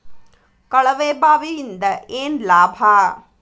ಕೊಳವೆ ಬಾವಿಯಿಂದ ಏನ್ ಲಾಭಾ?